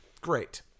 Great